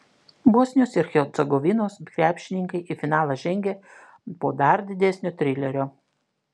bosnijos ir hercegovinos krepšininkai į finalą žengė po dar didesnio trilerio